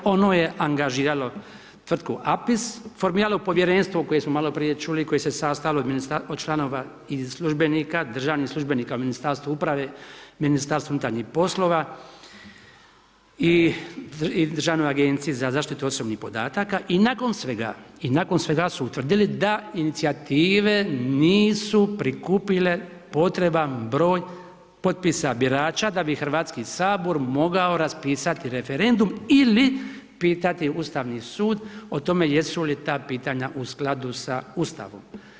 Ono je angažiralo tvrtku APIS, formiralo povjerenstvo koje smo maloprije čuli, koje se sastojalo od članova službenika, državnih službenika u Ministarstvu uprave, MUP-a i Državnoj agenciji za zaštitu osobnih podataka i nakon svega i nakon svega su utvrdili da inicijative nisu prikupile potreban broj potpisa birača, da bi HS mogao raspisao referendum, ili pitati Ustavni sud, o tome jesu li ta pitanja u skladu sa Ustavom.